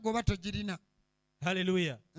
Hallelujah